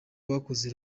bakoze